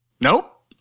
Nope